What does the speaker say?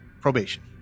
Probation